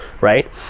right